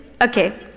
okay